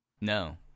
No